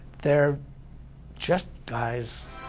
they're just guys.